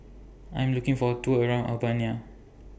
I Am looking For A Tour around Albania